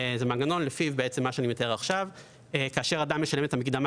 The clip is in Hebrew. הוא מנגנון שלפיו אדם שמשלם את המקדמה